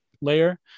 layer